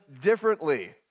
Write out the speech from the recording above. differently